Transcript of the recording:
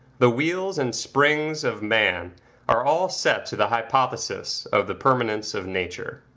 the wheels and springs of man are all set to the hypothesis of the permanence of nature.